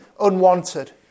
unwanted